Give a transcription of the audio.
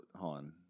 Han